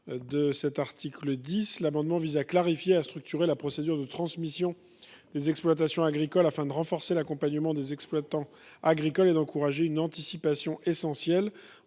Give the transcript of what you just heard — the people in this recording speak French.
de cet article 10. Cet amendement vise ainsi à clarifier et à structurer la procédure de transmission des exploitations agricoles, afin de renforcer l’accompagnement des exploitants agricoles et d’encourager les cédants à faire